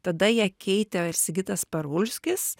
tada ją keitė sigitas parulskis